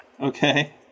Okay